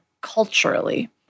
culturally